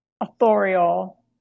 authorial